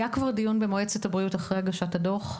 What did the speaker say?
כבר היה במועצת הבריאות, אחרי הגשת הדוח,